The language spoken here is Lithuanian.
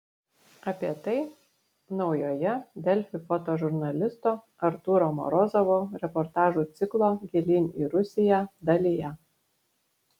apie tai naujoje delfi fotožurnalisto artūro morozovo reportažų ciklo gilyn į rusiją dalyje